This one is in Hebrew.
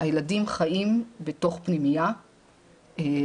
הילדים חיים בתוך פנימייה,